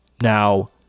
now